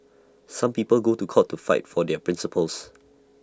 some people go to court to fight for their principles